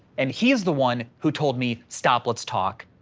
and he is the one who told me, stop let's talk,